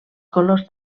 colors